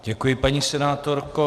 Děkuji, paní senátorko.